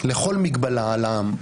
לכל מגבלה על העם.